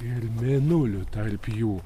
ir mėnuliu tarp jų